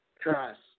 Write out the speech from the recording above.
trust